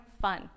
fun